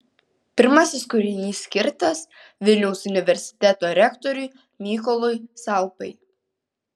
pirmasis kūrinys skirtas vilniaus universiteto rektoriui mykolui salpai